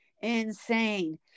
insane